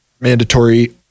mandatory